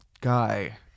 guy